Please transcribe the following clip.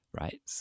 right